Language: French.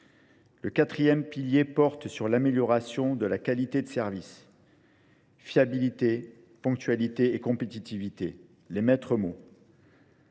Le quatrième pilier porte sur l'amélioration de la qualité de service, fiabilité, ponctualité et compétitivité, les maîtres mots,